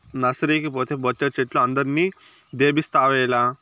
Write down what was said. నర్సరీకి పోతే బొచ్చెడు చెట్లు అందరిని దేబిస్తావేల